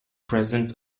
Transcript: president